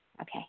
Okay